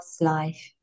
life